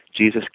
Jesus